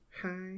hi